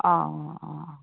অঁ অঁ